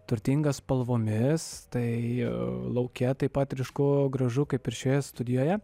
turtingas spalvomis tai lauke taip pat ryšku gražu kaip ir šioje studijoje